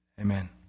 Amen